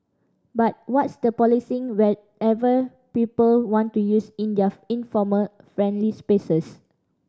but what's the policing whatever people want to use in their informal friendly spaces